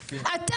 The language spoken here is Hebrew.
משה,